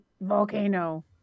volcano